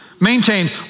Maintain